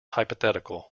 hypothetical